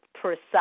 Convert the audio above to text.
precise